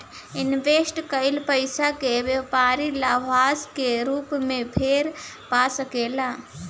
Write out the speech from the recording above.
invest कईल पइसा के व्यापारी लाभांश के रूप में फेर पा सकेले